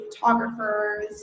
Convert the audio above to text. photographers